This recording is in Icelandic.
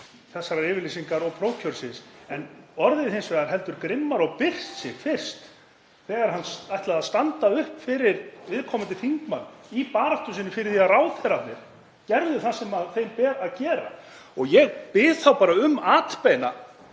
yfirlýsingar og prófkjörsins en orðið hins vegar heldur grimmari og byrst sig fyrst þegar hann ætlaði að standa upp fyrir viðkomandi þingmann í baráttu sinni fyrir því að ráðherrarnir gerðu það sem þeim ber að gera. Ég bið þá bara um atbeina